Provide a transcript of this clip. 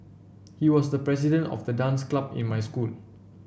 he was the president of the dance club in my school